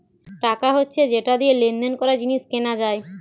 টাকা হচ্ছে যেটা দিয়ে লেনদেন করা, জিনিস কেনা যায়